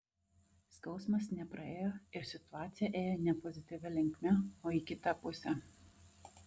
skausmas nepraėjo ir situacija ėjo ne pozityvia linkme o į kitą pusę